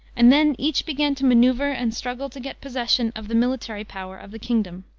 and then each began to maneuver and struggle to get possession of the military power of the kingdom.